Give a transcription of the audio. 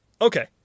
Okay